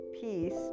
peace